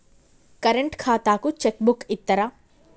Current ఖాతాకు cheque book ఇత్తరా?